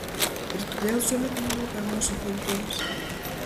ir todėl sumėtei į upę mūsų pjautuvus